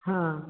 हाँ